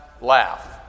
laugh